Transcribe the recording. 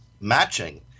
matching